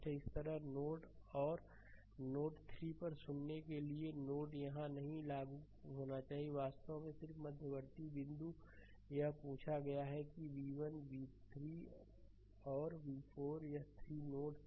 तो इसी तरह नोड 3 और नोड 3 पर और सुनने के लिए नोड यहां नहीं है यह लागू नहीं होना चाहिए वास्तव में सिर्फ मध्यवर्ती बिंदु यह पूछा गया है कि यह v1 v3 है और v4 यह 3 नोड्स हैं